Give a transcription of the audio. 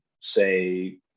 say